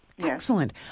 Excellent